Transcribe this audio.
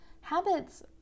Habits